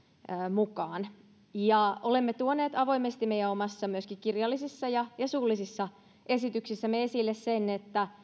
mukaan olemme tuoneet avoimesti meidän omissa kirjallisissa ja ja suullisissa esityksissämme esille sen että